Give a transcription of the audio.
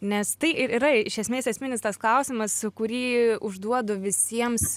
nes tai ir yra iš esmės esminis tas klausimas kurį užduodu visiems